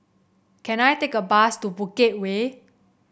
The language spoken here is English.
can I take a bus to Bukit Way